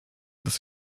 dass